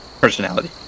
personality